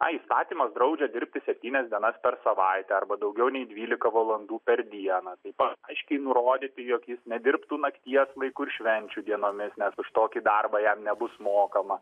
na įstatymas draudžia dirbti septynias dienas per savaitę arba daugiau nei dvylika valandų per dieną taip pat aiškiai nurodyti jog jis nedirbtų nakties laiku ir švenčių dienomis nes už tokį darbą jam nebus mokama